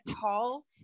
call